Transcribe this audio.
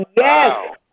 yes